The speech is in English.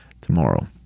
tomorrow